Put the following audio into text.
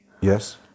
Yes